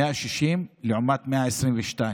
160 לעומת 122,